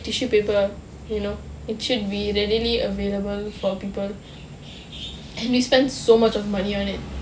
tissue paper you know it should be readily available for people and we spend so much of money on it